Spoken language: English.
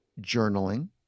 journaling